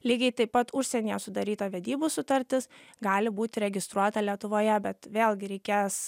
lygiai taip pat užsienyje sudaryta vedybų sutartis gali būti registruota lietuvoje bet vėlgi reikės